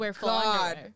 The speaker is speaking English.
God